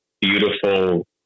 beautiful